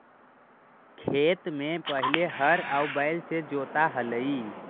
खेत में पहिले हर आउ बैल से जोताऽ हलई